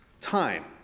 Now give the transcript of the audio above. time